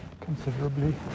considerably